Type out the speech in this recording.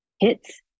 hits